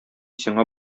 сиңа